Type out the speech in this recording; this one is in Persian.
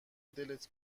دلت